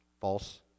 False